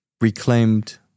reclaimed